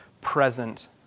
present